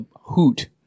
hoot